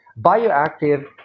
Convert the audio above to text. Bioactive